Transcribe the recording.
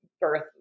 birth